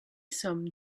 some